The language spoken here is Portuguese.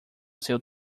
seu